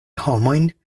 homojn